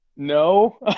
no